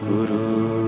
Guru